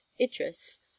Idris